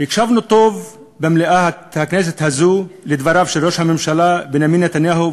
הקשבנו טוב במליאת הכנסת הזאת לדבריו של ראש הממשלה בנימין נתניהו,